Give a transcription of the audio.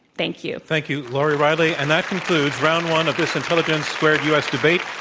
thank you. thank you, lori reilly. and that concludes round one of this intelligence squared u. s. debate